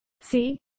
See